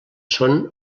són